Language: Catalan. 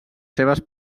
seves